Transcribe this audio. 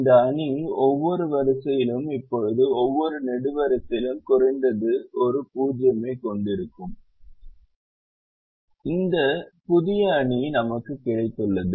இந்த அணி ஒவ்வொரு வரிசையிலும் இப்போது ஒவ்வொரு நெடுவரிசையிலும் குறைந்தது ஒரு 0 ஐக் கொண்டிருக்கும் என்றும் நாம் சொன்னோம் இந்த புதிய அணி நமக்கு கிடைத்துள்ளது